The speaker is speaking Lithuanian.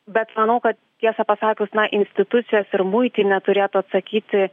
bet manau kad tiesą pasakius na institucijos ir muitinė turėtų atsakyti